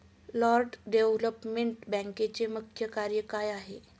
Land development बँकेचे मुख्य कार्य काय आहे?